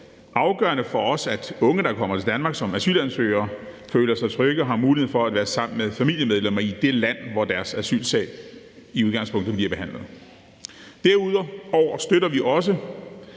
afgørende for os, at unge, der kommer til Danmark som asylansøgere, føler sig trygge og har mulighed for at være sammen med familiemedlemmer i det land, hvor deres asylsag i udgangspunktet bliver behandlet. Derudover støtter vi også,